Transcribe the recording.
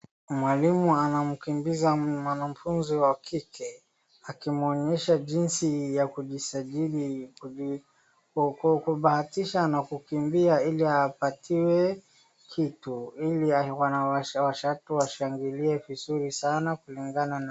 Mwalimu anamkimbiza mwanafunzi wa kike akimwonyesha jinsi ya kujisajili kwa kubahatisha na kukimbia ili apatiwe kitu ili watu washangili vizuri sana kulingana na.